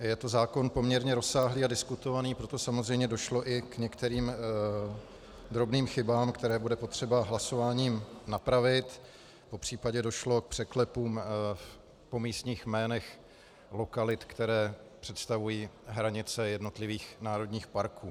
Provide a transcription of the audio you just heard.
Je to zákon poměrně rozsáhlý a diskutovaný, proto samozřejmě došlo i některým drobným chybám, které bude potřeba hlasováním napravit, popřípadě došlo k překlepům v místních jménech lokalit, které představují hranice jednotlivých národních parků.